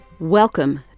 Welcome